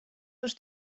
dos